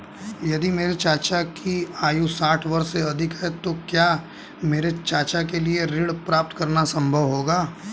यदि मेरे चाचा की आयु साठ वर्ष से अधिक है तो क्या मेरे चाचा के लिए ऋण प्राप्त करना संभव होगा?